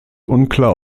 unklar